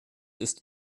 ist